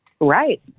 Right